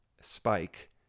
spike